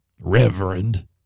reverend